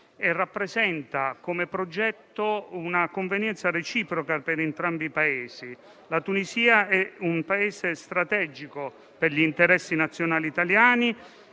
rappresenta una convenienza reciproca per entrambe. La Tunisia è un Paese strategico per gli interessi nazionali italiani